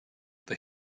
they